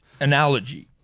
Analogy